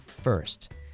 first